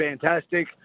fantastic